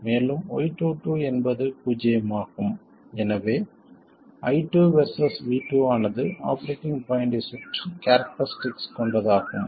மேலும் y22 என்பது பூஜ்ஜியமாகும் எனவே I2 வெர்சஸ் V2 ஆனது ஆபரேட்டிங் பாய்ண்ட்டைச் சுற்றி கேரக்டரிஸ்டிக்ஸ் கொண்டதாகும்